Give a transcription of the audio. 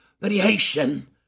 variation